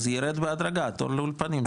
אז ירד בהדרגה התור לאולפנים,